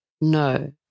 No